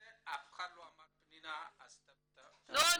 אף אחד לא אמר "פנינה עשתה " עמדתך ברורה --- לא,